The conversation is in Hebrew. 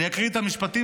אני אקריא את המשפטים,